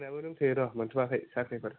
लाइनावनो दंथयो र मोनथआखै साख्रि बाख्रि